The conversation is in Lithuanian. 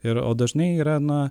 ir o dažnai yra na